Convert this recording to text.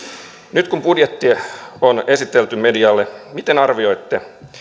nyt kun budjetti on esitelty medialle miten arvioitte